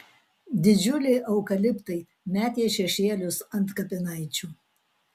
didžiuliai eukaliptai metė šešėlius ant kapinaičių